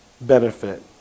benefit